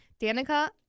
Danica